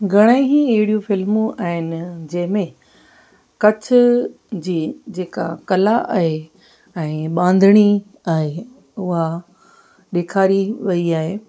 घणई ई अहिड़ी फ़िल्मूं आहिनि जंहिं में कच्छ जी जेका कला आहे ऐं बाधंणी ऐं उहा ॾेखारी वई आहे